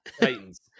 Titans